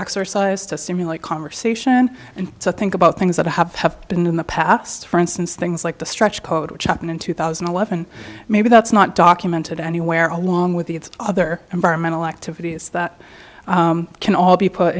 exercise to simulate conversation and to think about things that have been in the past for instance things like the stretch code which happened in two thousand and eleven maybe that's not documented anywhere along with its other environmental activities that can all be put